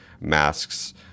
masks